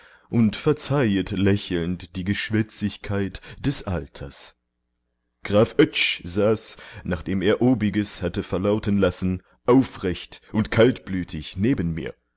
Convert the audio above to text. und verzeihet lächelnd die geschwätzigkeit des alters graf oetsch saß nachdem er obiges hatte verlauten lassen aufrecht und kaltblütig neben mir